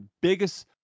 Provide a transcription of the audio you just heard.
biggest